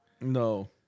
No